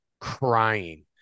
crying